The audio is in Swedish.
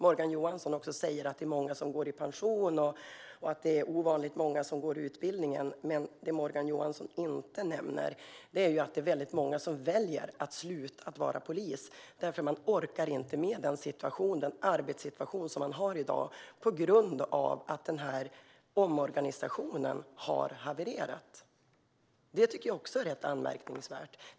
Morgan Johansson säger att det är många som går i pension och att ovanligt många går utbildningen, men det han inte nämner är att många väljer att sluta att vara polis därför att de inte orkar med den arbetssituation de har i dag på grund av att omorganisationen har havererat. Detta tycker jag är anmärkningsvärt.